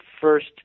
first